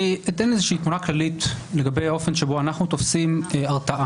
אני אתן איזושהי תמונה כללית לגבי האופן שבו אנחנו תופסים הרתעה.